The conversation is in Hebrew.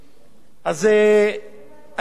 אז אני שמח